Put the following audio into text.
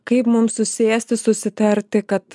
kaip mum susėsti susitarti kad